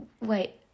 wait